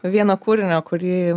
vieno kūrinio kurį